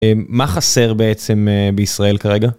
מה חסר בעצם בישראל כרגע?